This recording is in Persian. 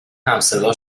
همصدا